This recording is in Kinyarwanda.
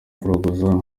kuraguza